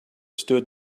stood